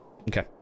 Okay